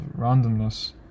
randomness